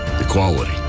equality